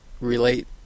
relate